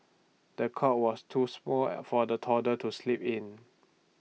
the cot was too small for the toddler to sleep in